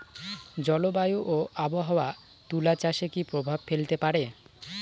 জলবায়ু ও আবহাওয়া তুলা চাষে কি প্রভাব ফেলতে পারে?